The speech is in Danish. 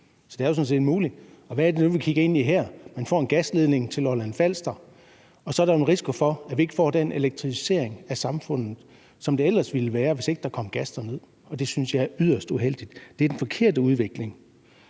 Så det er jo sådan set en mulighed. Og hvad er det nu, man kigger ind i her? Man får en gasledning til Lolland Falster, og så er der en risiko for, at vi ikke får den elektrificering af samfundet, som der ellers ville være, hvis ikke der kom gas derned, og det synes jeg er yderst uheldigt. Det er den forkerte udvikling.